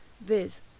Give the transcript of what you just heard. viz